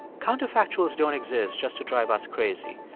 counterfactuals don't exist just to drive us crazy.